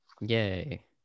Yay